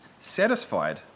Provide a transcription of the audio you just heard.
satisfied